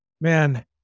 man